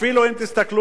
אפילו אם תסתכלו,